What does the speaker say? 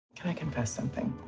can i confess something?